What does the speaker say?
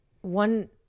one